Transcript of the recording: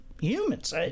humans